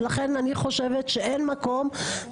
לכן, אני חושבת שאין מקום.